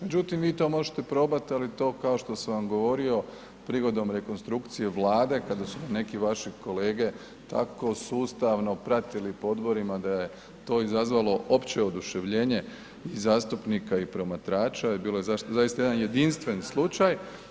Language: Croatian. Međutim, vi to možete probati, ali to kao što sam vam govorio, prigodom rekonstrukcije Vlade, kada su neki vaši kolege tako sustavno pratili po odborima da je to izazvalo opće oduševljenje zastupnika i promatrača, bilo je zaista jedan jedinstven slučaj.